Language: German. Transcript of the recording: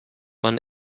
man